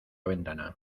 ventana